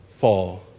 fall